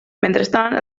mentrestant